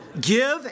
give